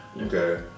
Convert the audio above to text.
okay